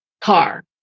car